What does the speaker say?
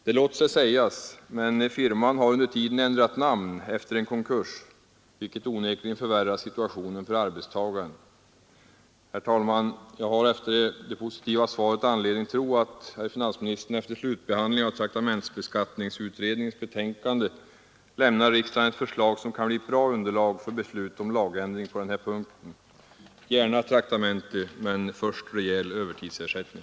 Detta låter sig sägas, men firman har under tiden ändrat namn efter en konkurs, vilket onekligen förvärrar situationen för arbetstagaren. Herr talman! Jag har efter det positiva svaret anledning tro att herr finansministern efter slutbehandling av traktamentsbeskattningsutredningens betänkande kommer att lämna riksdagen ett förslag som kan bli ett bra underlag för beslut om lagändring på den här punkten. Gärna traktamente — men först rejäl övertidsersättning!